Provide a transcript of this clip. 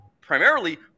Primarily